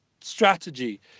strategy